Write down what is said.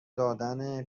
دادن